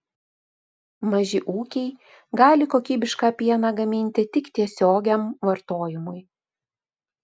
maži ūkiai gali kokybišką pieną gaminti tik tiesiogiam vartojimui